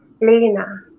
Lena